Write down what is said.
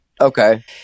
Okay